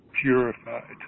purified